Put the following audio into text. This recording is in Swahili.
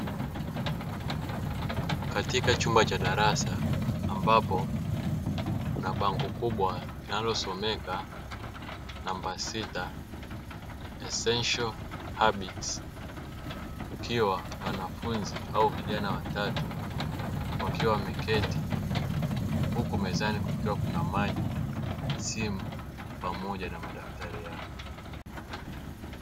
Kundi kubwa la watu walio ndani ya darasa wa jinsia ya kike na ya kiume, wamevalia kofia nyeupe na makoti ya rangi ya kahawia, wakiwa wameketi katika madawati yaliyotengenezwa kwa chuma na mbao, wanasikiliza kwa makini maelezo yanayotolewa na mwalimu wao.